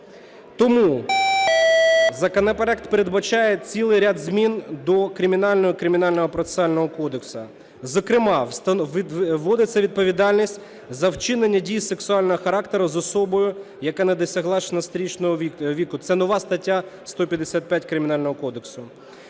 Тому законопроект передбачає цілий ряд змін до Кримінального і Кримінально-процесуального кодексу. Зокрема, вводиться відповідальність за вчинення дій сексуального характеру з особою, яка не досягла 16-річного віку. Це нова стаття 155 Кримінального кодексу…